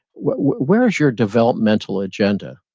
where is your developmental agenda?